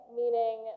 meaning